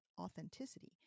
authenticity